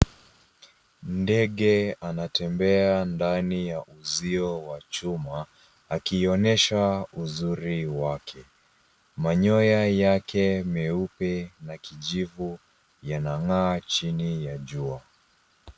Ndege anatembea ndani ya uzio wa chuma, akiionyesha uzuri wake. Manyoya yake meupe na kijivu yanang'aa chini ya jua.